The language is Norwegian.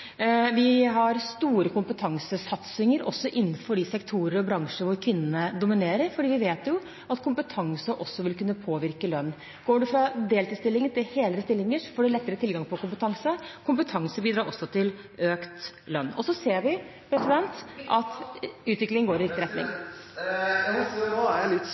Vi har store kompetansesatsinger også innenfor de sektorer og bransjer hvor kvinnene dominerer, fordi vi vet at kompetanse også vil kunne påvirke lønn. Går man fra en deltidsstilling til en helere stilling, får man lettere tilgang på kompetanse. Kompetanse bidrar også til økt lønn. Vi ser at utviklingen går i rett retning. Nicholas Wilkinson – vær så god. Jeg må si at nå er